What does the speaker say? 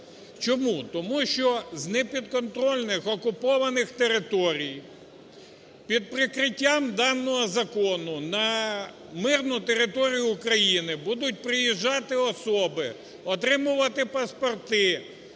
Чому? Тому що з непідконтрольних окупованих територій під прикриттям даного закону на мирну територію України будуть приїжджати особи, отримувати паспорти,